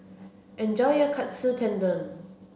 enjoy your Katsu Tendon